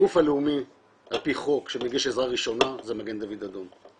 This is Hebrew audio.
הגוף הלאומי על פי חוק שמגיש עזרה ראשונה זה מגן דוד אדום.